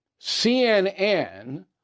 CNN